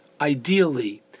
ideally